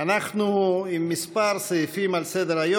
של הכנסת העשרים-ושתיים יום